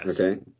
Okay